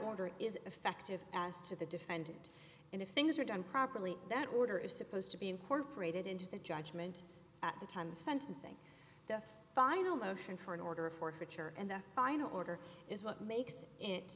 water is effective as to the defendant and if things are done properly that order is supposed to be incorporated into the judgment at the time of sentencing the final motion for an order of forfeiture and the final order is what makes it